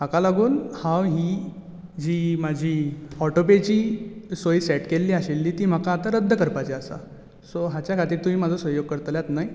हाका लागून हांव ही जी म्हाजी ऑटोपेची सोय सॅट केल्ली ती म्हाका आतां रद्द करपाची आसा सो हाच्या खातीर तुमी म्हाजो सहयोग करतले न्हय